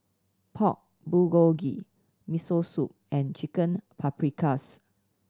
Pork Bulgogi Miso Soup and Chicken Paprikas